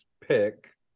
pick